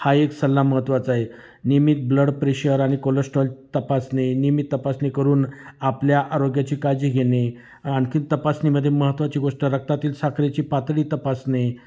हा एक सल्ला महत्त्वाचा आहे नियमित ब्लड प्रेशर आणि कोलेस्ट्रॉल तपासणे नियमीत तपासणी करून आपल्या आरोग्याची काळजी घेणे आणखी तपासणीमध्ये महत्त्वाची गोष्ट रक्तातील साखरेची पातळी तपासणे